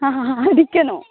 அடிக்கணும்